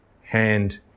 Hand